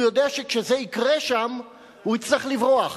הוא יודע שכשזה יקרה שם הוא יצטרך לברוח.